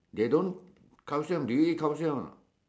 they don't calcium do you eat calcium or not